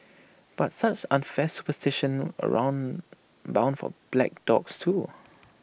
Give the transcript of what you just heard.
but such unfair superstitions around bound for black dogs too